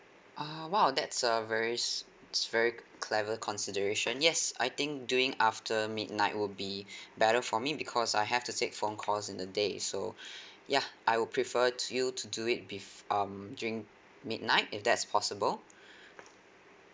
ah !wow! that's a very s~ it's very clever consideration yes I think doing after midnight would be better for me because I have to take phone calls in the day so ya I will prefer to you to do it bef~ um during midnight if that's possible